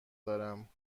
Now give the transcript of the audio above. دارم